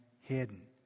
hidden